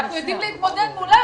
אנחנו יודעים להתמודד מולם,